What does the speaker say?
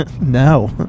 No